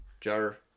Jar